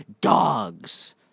Dogs